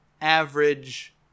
average